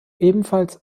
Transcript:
ebenfalls